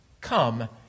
Come